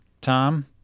Tom